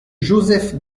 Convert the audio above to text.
joseph